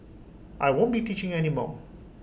I won't be teaching any more